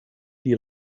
die